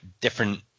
different